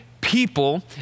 people